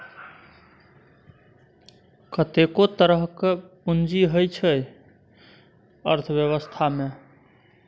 कतेको तरहक पुंजी होइ छै अर्थबेबस्था मे